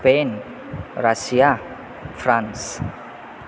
Spain Russia France